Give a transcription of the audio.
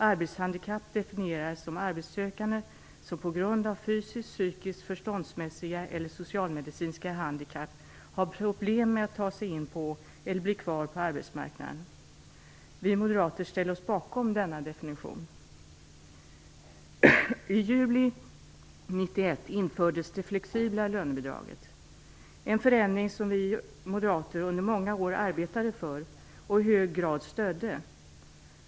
Arbetshandikapp definieras som arbetssökande som på grund av fysisk, psykisk, förståndsmässiga eller socialmedicinska handikapp har problem att ta sig in på eller bli kvar på arbetsmarknaden. Vi moderater ställer oss bakom denna definition. I juli 1991 infördes det flexibla lönebidraget. Det är en förändring som vi moderater under många år arbetade för och i hög grad stödde.